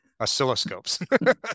oscilloscopes